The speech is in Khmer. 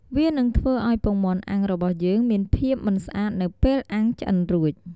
វានឹងធ្វើឲ្យពងមាន់អាំងរបស់យើងមានភាពមិនស្អាតនៅពេលអាំងឆ្អិនរួច។